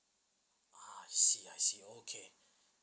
I see I see okay